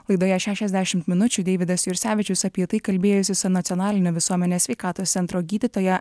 laidoje šešiasdešimt minučių deividas jursevičius apie tai kalbėjosi su nacionalinio visuomenės sveikatos centro gydytoja